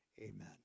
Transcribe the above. amen